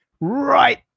right